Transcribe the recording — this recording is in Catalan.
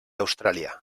austràlia